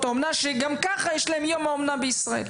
האומנה שגם ככה יש להם יום האומנה בישראל.